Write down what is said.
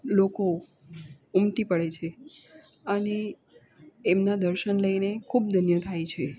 લોકો ઉમટી પડે છે અને એમના દર્શન લઇને ખૂબ ધન્ય થાય છે